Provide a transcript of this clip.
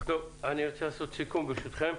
אני רוצה לעשות סיכום, ברשותכם.